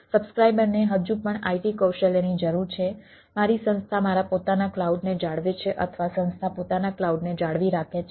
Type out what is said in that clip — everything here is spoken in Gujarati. સબ્સ્ક્રાઇબરને હજુ પણ IT કૌશલ્યની જરૂર છે મારી સંસ્થા મારા પોતાના ક્લાઉડને જાળવે છે અથવા સંસ્થા પોતાના ક્લાઉડને જાળવી રાખે છે